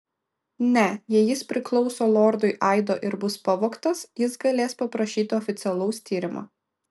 ne jei jis priklauso lordui aido ir bus pavogtas jis galės paprašyti oficialaus tyrimo